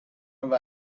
have